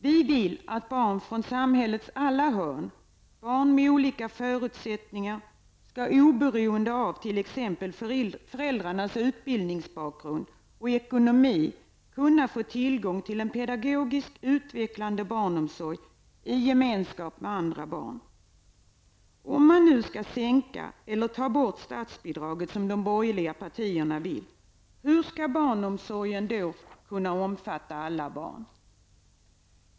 Vi vill att barn från samhällets alla hörn, barn med olika förutsättningar, oberoende av t.ex. föräldrarnas utbildningsbakgrund och ekonomi skall kunna få tillgång till en pedagogiskt utvecklande barnomsorg i gemenskap med andra barn. Om man nu skall sänka eller ta bort statsbidraget som de borgerliga partierna vill, hur skall barnomsorgen då kunna omfatta alla barn?